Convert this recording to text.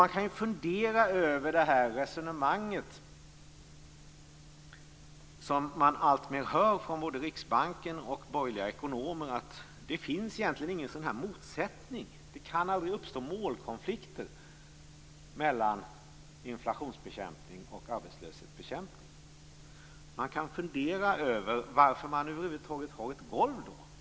Man kan fundera över det här resonemanget, som man alltmer hör från både Riksbanken och borgerliga ekonomer, att det egentligen inte finns någon sådan här motsättning, att det aldrig kan uppstå målkonflikter mellan inflationsbekämpning och arbetslöshetsbekämpning. Man kan fundera över varför det över huvud taget finns ett golv.